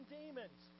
demons